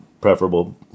preferable